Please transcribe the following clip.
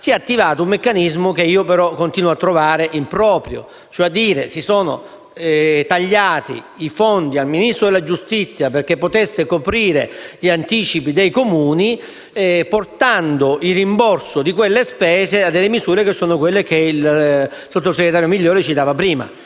si è attivato un meccanismo che io continuo a trovare improprio. Si sono, cioè, tagliati i fondi al Ministero della giustizia perché potesse coprire gli anticipi dei Comuni, portando il rimborso di quelle spese alle misure che il sottosegretario Migliore citava prima: